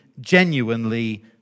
genuinely